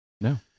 No